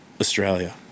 Australia